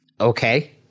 Okay